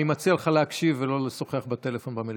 ואני מציע לך להקשיב ולא לשוחח בטלפון במליאה.